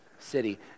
city